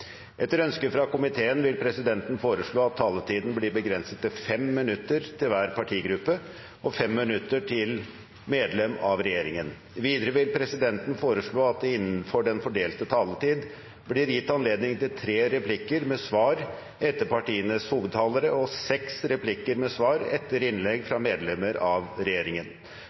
Etter ønske fra næringskomiteen vil presidenten foreslå at taletiden begrenses til 5 minutter til hver partigruppe og 5 minutter til medlem av regjeringen. Videre vil presidenten foreslå at det blir gitt anledning til tre replikker med svar etter innlegg fra partienes hovedtalere og seks replikker med svar etter innlegg fra medlemmer av regjeringen